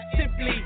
Simply